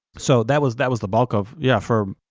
so that was that was the bulk of, yeah for,